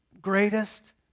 greatest